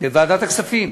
בוועדת הכספים.